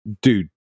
dude